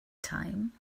time